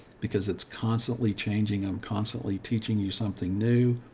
because it's constantly changing. i'm constantly teaching you something new,